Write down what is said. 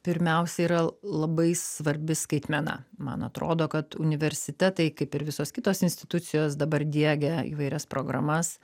pirmiausia yra labai svarbi skaitmena man atrodo kad universitetai kaip ir visos kitos institucijos dabar diegia įvairias programas